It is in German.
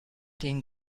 den